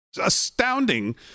astounding